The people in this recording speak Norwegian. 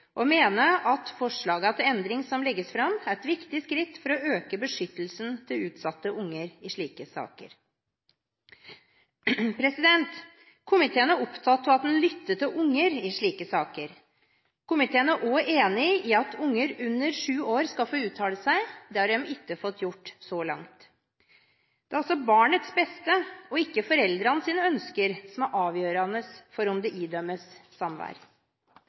og mener at forslagene til endring som legges fram, er et viktig skritt for å øke beskyttelsen til utsatte barn i slike saker. Komiteen er opptatt av at en lytter til barna i slike saker. Komiteen er også enig i at barn under sju år skal få uttale seg. Det har de ikke fått gjøre så langt. Det er altså barnets beste, og ikke foreldrenes ønsker, som er avgjørende for om det idømmes samvær.